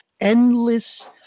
endless